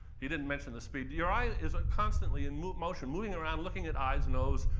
he didn't mention the speed. your eye is constantly in motion, moving around, looking at eyes, noses,